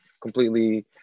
completely